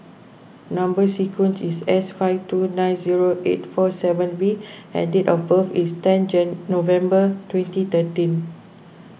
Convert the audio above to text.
Number Sequence is S five two nine zero eight four seven V and date of birth is ten Jane November twenty thirteen